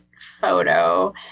photo